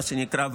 מה שנקרא,